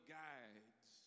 guides